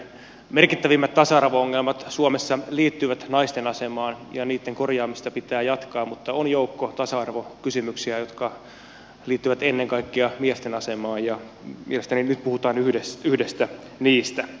merkittävimmät tasa arvo ongelmat suomessa liittyvät naisten asemaan ja niitten korjaamista pitää jatkaa mutta on joukko tasa arvokysymyksiä jotka liittyvät ennen kaikkea miesten asemaan ja mielestäni nyt puhutaan yhdestä niistä